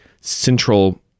central